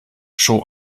schon